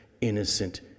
innocent